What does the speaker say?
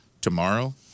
tomorrow